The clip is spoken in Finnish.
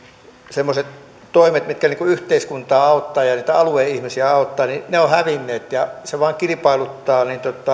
semmoiset toimet mitkä yhteiskuntaa auttavat ja alueen ihmisiä auttavat ovat hävinneet se vain kilpailuttaa